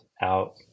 out